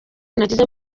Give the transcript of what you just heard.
nagize